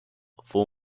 for